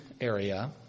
area